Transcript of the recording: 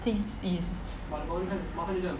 this is